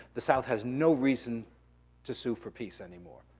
the south has no reason to sue for peace anymore.